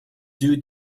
due